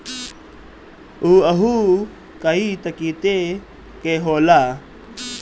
उअहू कई कतीके के होला